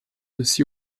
aussi